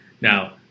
Now